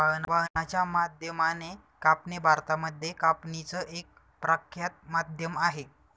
वाहनाच्या माध्यमाने कापणी भारतामध्ये कापणीच एक प्रख्यात माध्यम आहे